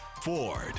Ford